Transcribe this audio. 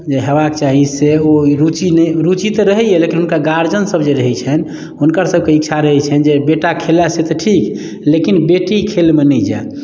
जे होयबाक चाही से ओ रूचि नहि रूचि तऽ रहैए लेकिन हुनकर गार्जियनसभ जे रहैत छनि हुनकरसभके इच्छा रहैत छनि जे बेटा खेलाए से तऽ ठीक लेकिन बेटी खेलमे नहि जाय